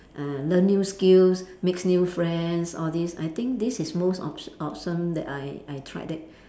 uh learn new skills makes new friends all these I think this is most awe~ awesome that I I tried that